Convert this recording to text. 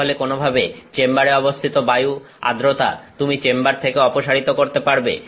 তাহলে কোনভাবে চেম্বারে অবস্থিত বায়ু আদ্রতা তুমি চেম্বার থেকে অপসারিত করতে পারবে